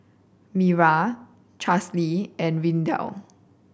Miriah Charlsie and Lydell